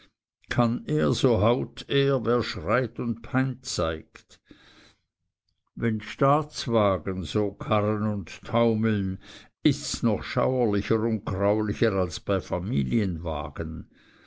kann er so haut er wer schreit und pein zeigt wenn staatswagen so karren und taumeln ists noch schauerlicher und graulicher als bei familienwagen